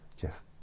Jeff